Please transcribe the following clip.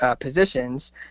positions